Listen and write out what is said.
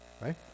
Right